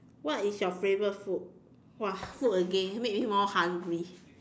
what is your favourite food !wah! food again make me more hungry